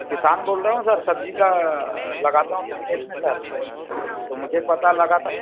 किसान बोल रहा हूँ सर सब्जी का लगाता हूँ अपने खेत में सर तो मुझे पता लगा था